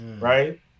right